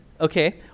okay